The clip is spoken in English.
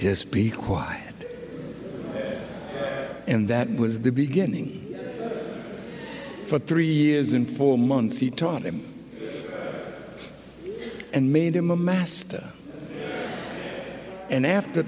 just be quiet and that was the beginning for three years and four months he taught him and made him a master and after